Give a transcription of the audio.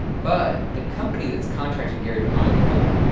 but the company that's contracted gary to mine the coal,